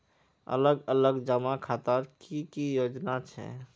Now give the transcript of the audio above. अलग अलग जमा खातार की की योजना छे?